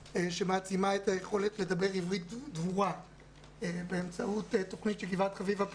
שמעצימה את היכולת לדבר עברית דבורה באמצעות תוכנית שגבעת חביבה פיתחה,